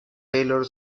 taylor